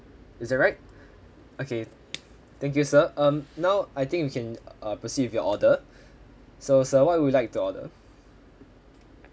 is that right okay thank you sir um now I think we can receive your order so sir what you would like to order